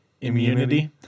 Immunity